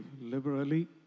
liberally